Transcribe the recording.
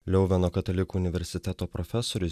leuveno katalikų universiteto profesorius